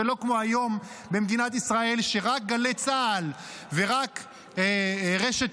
ולא כמו היום במדינת ישראל שרק גלי צה"ל ורק רשת